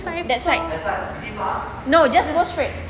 that side no just go straight